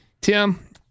Tim